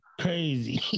crazy